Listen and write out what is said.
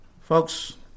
Folks